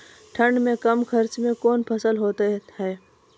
ठंड मे कम खर्च मे कौन फसल होते हैं?